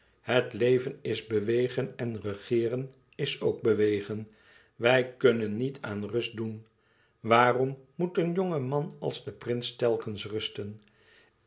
het leven is bewegen en regeeren is ook bewegen wij kunnen niet aan rust doen waarom moet een jonge man als de prins telkens rusten